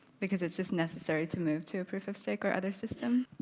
because it's just necessary to move to a proof-of-stake or other system.